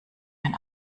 mein